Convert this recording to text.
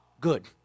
good